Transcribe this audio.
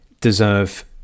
deserve